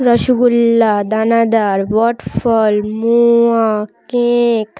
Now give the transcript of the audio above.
রসগোল্লা দানাদার বটফল মোয়া কেক